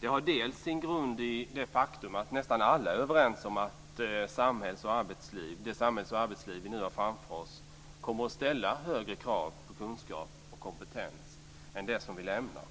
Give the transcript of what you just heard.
För det första har det sin grund i det faktum att nästan alla är överens om att det samhälls och arbetsliv som vi nu har framför oss kommer att ställa högre krav på kunskap och kompetens än det som vi lämnar.